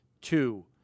two